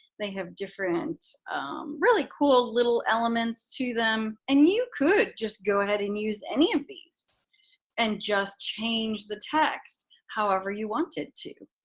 they have different really cool little elements to them. and you could just go ahead and use any of these and just change the text however you wanted to.